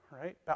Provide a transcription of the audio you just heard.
right